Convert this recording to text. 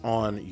on